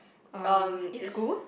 uh in school